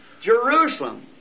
Jerusalem